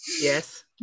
yes